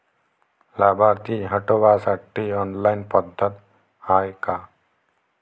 लाभार्थी हटवासाठी ऑनलाईन पद्धत हाय का?